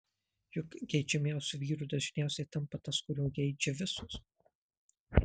juk geidžiamiausiu vyru dažniausiai tampa tas kurio geidžia visos